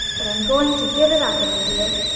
but i'm going to give it up, anne dear,